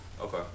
Okay